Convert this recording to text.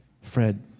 Fred